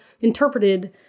interpreted